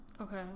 Okay